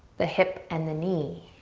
the hip and the knee.